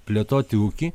plėtoti ūkį